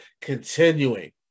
continuing